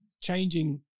changing